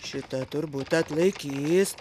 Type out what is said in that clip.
šitą turbūt atlaikys